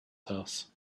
house